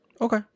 Okay